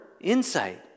insight